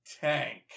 Tank